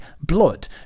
blood